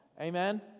Amen